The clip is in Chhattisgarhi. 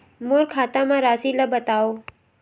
मोर खाता म राशि ल बताओ?